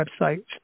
website